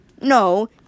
no